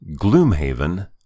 Gloomhaven